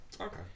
Okay